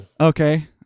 Okay